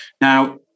Now